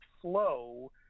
flow